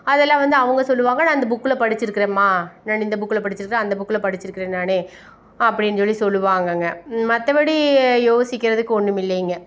அதெல்லாம் வந்து அவங்க சொல்வாங்க நான் இந்த புக்கில் படித்திருக்குறேம்மா நான் இந்த புக்கில் படித்திருக்குறேன் அந்த புக்கில் படித்திருக்குறேன் நான் அப்படின்னு சொல்லி சொல்வாங்கங்க மற்றபடி யோசிக்கிறதுக்கு ஒன்றுமில்லைங்க